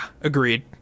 agreed